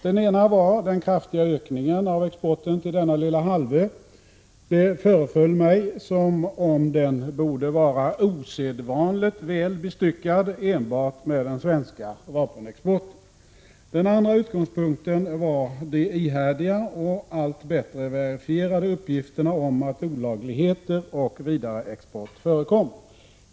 Den ena var den kraftiga ökningen av exporten till denna lilla halvö. Det föreföll mig som om den borde vara osedvanligt välbestyckad, enbart med den svenska vapenexporten. Den andra utgångspunkten var de ihärdiga och allt bättre verifierade uppgifterna om att det förekom olagligheter och vidareexport.